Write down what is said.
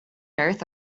earth